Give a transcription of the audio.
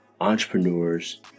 entrepreneurs